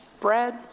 bread